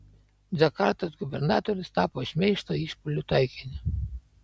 džakartos gubernatorius tapo šmeižto išpuolių taikiniu